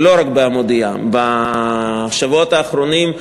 ולא רק ב"המודיע" בשבועות האחרונים,